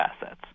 assets